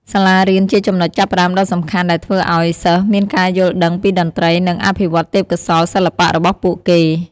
សាលារៀនជាចំណុចចាប់ផ្ដើមដ៏សំខាន់ដែលធ្វើឱ្យសិស្សមានការយល់ដឹងពីតន្ត្រី និងអភិវឌ្ឍទេពកោសល្យសិល្បៈរបស់ពួកគេ។